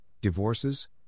divorces